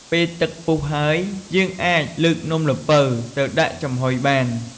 ពេលទឹកពុះហើយ យើងអាចលើកនំល្ពៅទៅដាក់ចំហុយបាន។